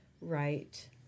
right